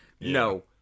No